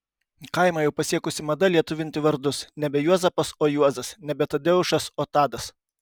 kaimą jau pasiekusi mada lietuvinti vardus nebe juozapas o juozas nebe tadeušas o tadas